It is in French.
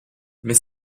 mais